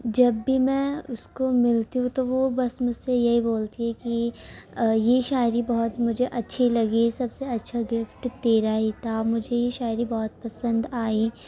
جب بھی میں اس کو ملتی ہوں تو وہ بس مجھ سے یہی بولتی ہے کہ یہ شاعری بہت مجھے اچھی لگی سب سے اچھا گفٹ تیرا ہی تھا مجھے یہ شاعری بہت پسند آئی